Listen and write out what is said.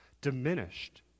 diminished